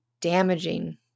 damaging